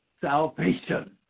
salvation